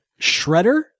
Shredder